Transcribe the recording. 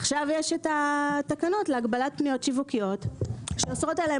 עכשיו יש התקנות להגבנת פניות שיווקיות לפנות